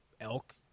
elk